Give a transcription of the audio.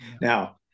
Now